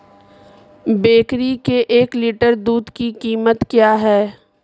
बकरी के एक लीटर दूध की कीमत क्या है?